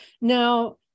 Now